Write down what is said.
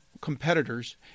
competitors